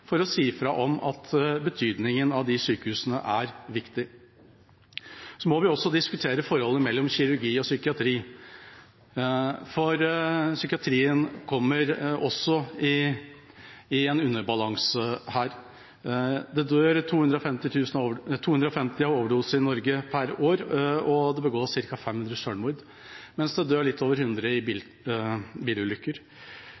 ved å si fra om betydningen av sykehusene, at de er viktige. Så må vi også diskutere forholdet mellom kirurgi og psykiatri, for psykiatrien kommer også i en underbalanse her. Det dør 250 av overdose i Norge per år, og det begås ca. 500 selvmord, mens det dør litt over 100 i